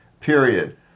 Period